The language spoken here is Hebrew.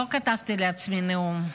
לא כתבתי לעצמי נאום,